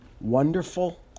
wonderful